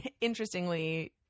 interestingly